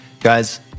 guys